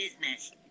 business